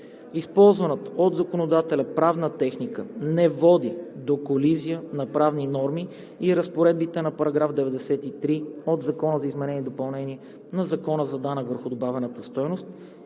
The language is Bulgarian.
Използваната от законодателя правна техника не води до колизия на правни норми и разпоредбите на § 93 от Закона за изменение и допълнение на Закона за данък върху добавената стойност